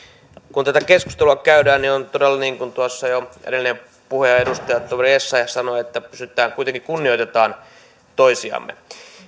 kun tätä keskustelua käydään niin kuten tuossa jo edellinenkin puhuja edustajatoveri essayah sanoi myös minä toivon että kuitenkin kunnioitamme toisiamme